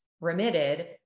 remitted